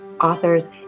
authors